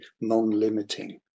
non-limiting